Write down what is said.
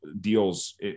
deals